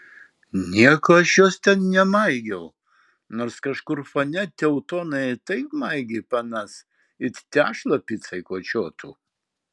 nieko aš jos ten nemaigiau nors kažkur fone teutonai taip maigė panas it tešlą picai kočiotų